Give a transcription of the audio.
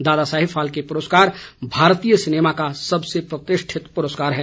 दादासाहेब फाल्के पुरस्कार भारतीय सिनेमा का सबसे प्रतिष्ठित पुरस्कार है